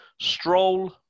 Stroll